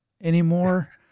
anymore